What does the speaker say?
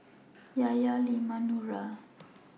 Yahya Leman and Nura